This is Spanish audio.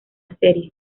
serie